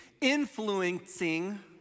influencing